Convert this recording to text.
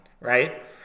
right